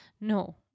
no